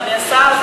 אדוני השר,